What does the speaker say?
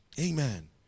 Amen